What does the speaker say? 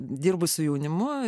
dirbu su jaunimu